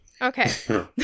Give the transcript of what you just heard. Okay